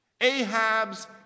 Ahab's